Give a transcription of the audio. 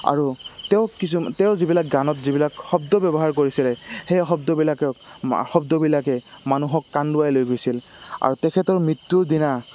আৰু তেওঁ কিছুমান তেওঁ যিবিলাক গানত যিবিলাক শব্দ ব্যৱহাৰ কৰিছিলে সেই শব্দবিলাকক শব্দবিলাকে মানুহক কান্দুৱাই লৈ গৈছিল আৰু তেখেতৰ মৃত্যুৰ দিনা